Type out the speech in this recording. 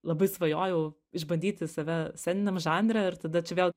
labai svajojau išbandyti save sceniniam žanre ir tada čia vėl